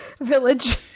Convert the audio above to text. village